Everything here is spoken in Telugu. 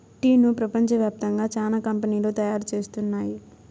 టీను ప్రపంచ వ్యాప్తంగా చానా కంపెనీలు తయారు చేస్తున్నాయి